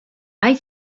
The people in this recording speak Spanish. hay